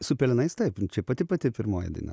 su pelenais taip čia pati pati pirmoji diena